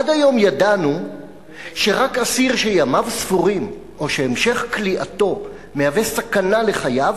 עד היום ידענו שרק אסיר שימיו ספורים או שהמשך כליאתו מהווה סכנה לחייו,